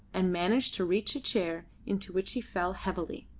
and managed to reach a chair into which he fell heavily.